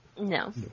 No